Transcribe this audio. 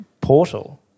portal